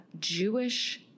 Jewish